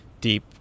deep